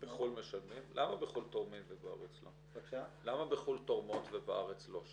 למה בחו"ל תורמות ובארץ לא?